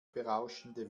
berauschende